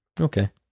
Okay